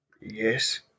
Yes